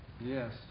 Yes